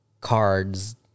cards